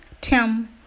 Tim